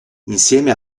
insieme